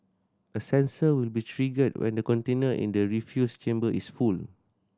a sensor will be triggered when the container in the refuse chamber is full